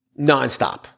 Nonstop